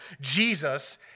Jesus